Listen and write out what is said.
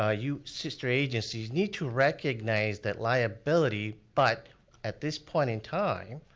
ah you sister agencies need to recognize that liability but at this point in time,